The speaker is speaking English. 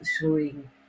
showing